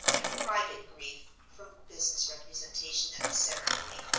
and private grief from business representation at the ceremony.